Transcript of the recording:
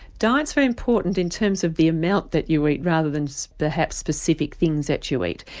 diet's very important in terms of the amount that you eat, rather than so perhaps specific things that you eat.